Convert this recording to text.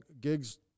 gigs